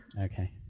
Okay